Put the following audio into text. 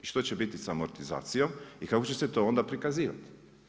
I što će biti sa amortizacijom i kako će se onda to prikazivati.